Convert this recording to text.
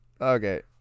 Okay